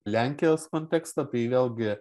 lenkijos kontekstą tai vėlgi